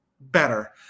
better